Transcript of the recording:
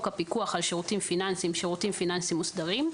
הפיקוח על שירותים פיננסיים (שירותים פיננסיים מוסדרים),